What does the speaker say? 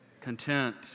Content